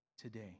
today